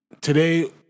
today